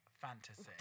fantasy